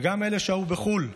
וגם אלה ששהו בחו"ל,